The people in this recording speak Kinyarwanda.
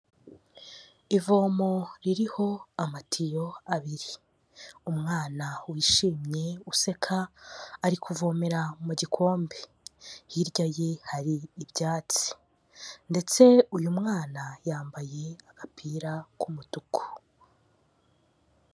Ivomo ririho amatiyo abiri, umwana wishimye useka, ari kuvomera mu gikombe, hirya ye hari ibyatsi ndetse uyu mwana yambaye agapira k'umutuku.